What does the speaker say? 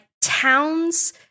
Towns